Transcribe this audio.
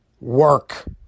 work